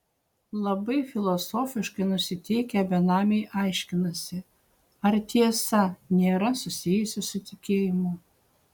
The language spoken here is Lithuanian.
labai filosofiškai nusiteikę benamiai aiškinasi ar tiesa nėra susijusi su tikėjimu